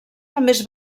només